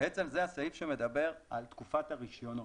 זה בעצם הסעיף שמדבר על תקופת הרישיונות.